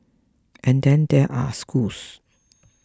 and then there are schools